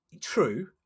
True